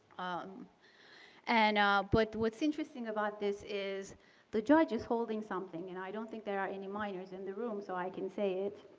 um and but what's interesting about this is the judge is holding something and i don't think there are any minors in the room so i can say it.